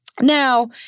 Now